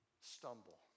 stumble